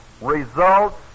results